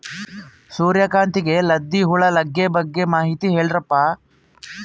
ಸೂರ್ಯಕಾಂತಿಗೆ ಲದ್ದಿ ಹುಳ ಲಗ್ಗೆ ಬಗ್ಗೆ ಮಾಹಿತಿ ಹೇಳರಪ್ಪ?